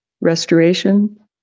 restoration